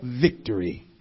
victory